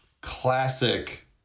classic